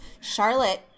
Charlotte